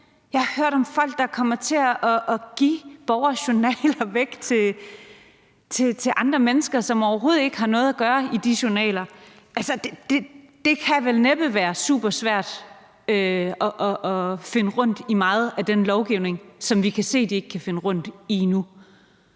Jeg har hørt om folk, der er kommet til at give borgeres journaler væk til andre mennesker, som overhovedet ikke havde noget at gøre i de journaler. Det kan vel næppe være super svært at finde rundt i meget af den lovgivning, som vi kan se de ikke kan finde rundt i nu.